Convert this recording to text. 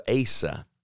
Asa